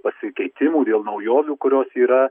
pasikeitimų dėl naujovių kurios yra